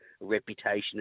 reputation